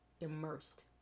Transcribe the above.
immersed